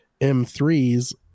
M3's